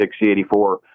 C84